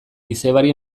izebari